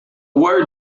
word